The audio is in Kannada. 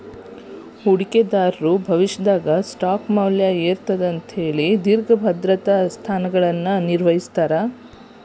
ಹೂಡಿಕೆದಾರರು ಭವಿಷ್ಯದಾಗ ಸ್ಟಾಕ್ ಮೌಲ್ಯ ಏರತ್ತ ಅಂತ ದೇರ್ಘ ಭದ್ರತಾ ಸ್ಥಾನಗಳನ್ನ ನಿರ್ವಹಿಸ್ತರ